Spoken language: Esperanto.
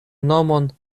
nomon